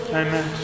amen